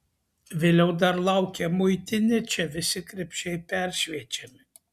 vėliau dar laukia muitinė čia visi krepšiai peršviečiami